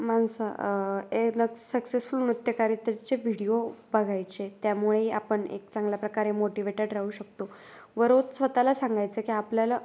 means एर नक् successful नृत्यकार्यक्रमचे व्हिडिओ बघायचे त्यामुळे आपण एक चांगल्या प्रकारे मोटिवेटेड राहू शकतो व रोज स्वतला सांगायचं की आपल्याला